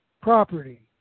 property